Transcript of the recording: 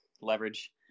leverage